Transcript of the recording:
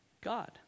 God